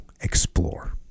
explore